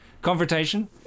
Confrontation